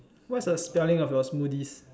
what is the spelling of your smoothies